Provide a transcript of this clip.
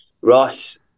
Ross